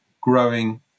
growing